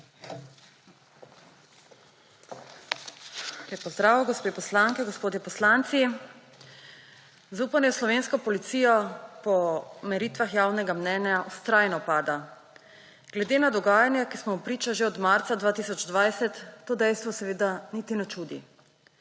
pozdrav, gospe poslanke, gospodje poslanci! Zaupanje v slovensko policijo po meritvah javnega mnenja vztrajno pada. Glede na dogajanja, ki smo jim priča že od marca 2020, to dejstvo seveda niti ne čudi.